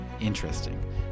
interesting